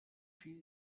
viel